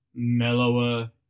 Mellower